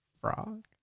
frog